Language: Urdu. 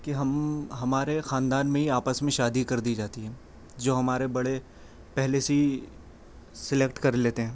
کہ ہم ہمارے خاندان میں ہی آپس میں شادی کر دی جاتی ہیں جو ہمارے بڑے پہلے سے ہی سلیکٹ کر لیتے ہیں